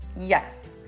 yes